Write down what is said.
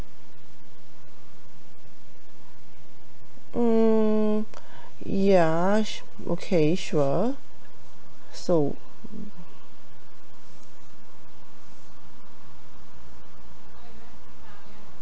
hmm ya okay sure so